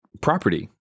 property